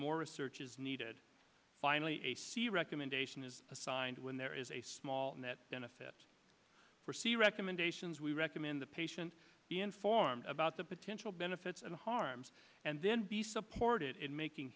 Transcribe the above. more research is needed finally ac recommendation is assigned when there is a small net benefit for c recommendations we recommend the patient be informed about the potential benefits and harms and then be supported in making